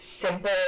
simple